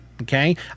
Okay